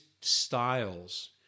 styles